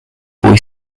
boy